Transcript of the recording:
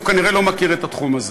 הוא כנראה לא מכיר את התחום הזה.